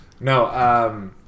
No